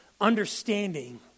understanding